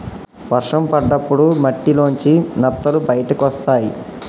వర్షం పడ్డప్పుడు మట్టిలోంచి నత్తలు బయటకొస్తయ్